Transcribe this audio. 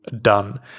done